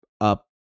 up